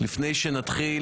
לפני שנתחיל,